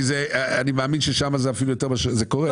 כי אני מאמין ששם זה קורה.